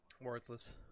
Worthless